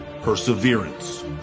Perseverance